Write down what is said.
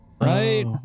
Right